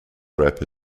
rapper